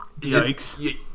Yikes